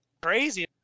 crazy